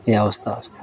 ए हवस् त हवस् त